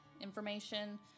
information